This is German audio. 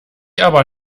aber